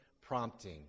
prompting